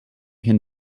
can